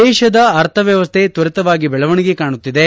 ದೇಶದ ಅರ್ಥ ವ್ಯವಸ್ಥೆ ತ್ವರಿತವಾಗಿ ಬೆಳವಣಿಗೆ ಕಾಣುತ್ತಿದೆ